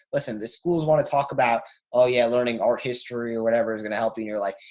listen, the schools want to talk about oh yeah. learning art history or whatever is going to help in your life.